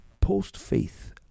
post-faith